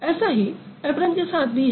ऐसा ही ऐप्रन के साथ भी है